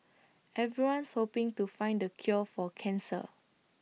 everyone's hoping to find the cure for cancer